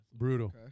Brutal